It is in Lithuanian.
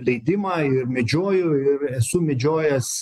leidimą ir medžioju ir esu medžiojęs